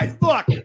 Look